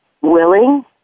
willing